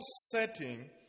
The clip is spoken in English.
setting